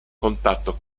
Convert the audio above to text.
contatto